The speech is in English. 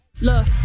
Look